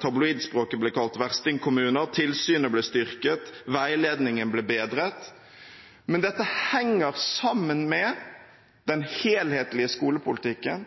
tabloidspråket blir kalt «versting-kommuner», tilsynet ble styrket og veiledningen ble bedret, men dette henger sammen med den